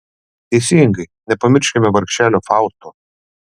teisingai nepamirškime vargšelio fausto